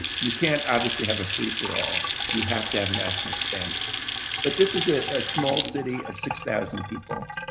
you can't, obviously, have a free for all, you have to have national standards but this is ah a small city of six thousand people.